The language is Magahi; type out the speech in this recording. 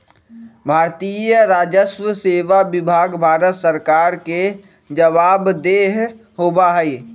भारतीय राजस्व सेवा विभाग भारत सरकार के जवाबदेह होबा हई